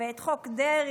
ואת חוק דרעי,